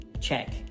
check